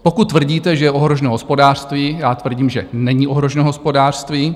Pokud tvrdíte, že je ohroženo hospodářství, já tvrdím, že není ohroženo hospodářství.